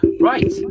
Right